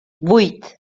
vuit